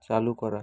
চালু করা